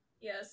Yes